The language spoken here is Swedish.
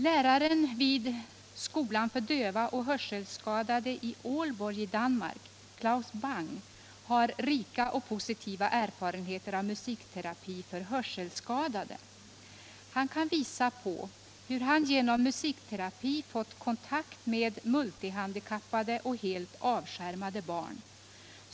Läraren vid skolan för döva och hörselskadade i Aalborg i Danmark, Claus Bang, har rika och positiva erfarenheter av musikterapi för hörselskadade. Han kan visa på hur han genom musikterapi fått kontakt med multihandikappade och helt avskärmade barn.